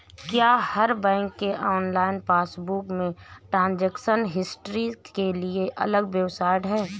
क्या हर बैंक के ऑनलाइन पासबुक में ट्रांजेक्शन हिस्ट्री के लिए अलग वेबसाइट है?